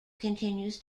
continues